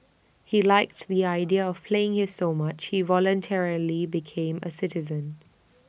he liked the idea of playing here so much he voluntarily became A citizen